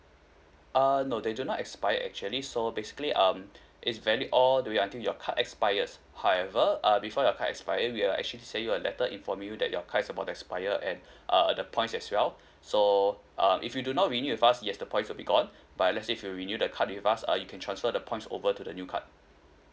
err no they do not expire actually so basically um is valid all the way until your car expires however uh before your card expire we will actually send you a letter informing you that your card is about to expire at err the points as well so um if you do not renew with us yes the points will be gone but let say if you renew the card with us uh you can transfer the points over to the new card